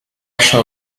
shall